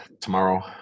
tomorrow